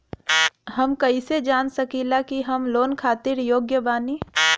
हम कईसे जान सकिला कि हम लोन खातिर योग्य बानी?